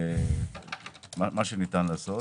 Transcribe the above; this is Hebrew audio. מה שניתן לעשות.